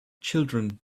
children